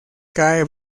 cae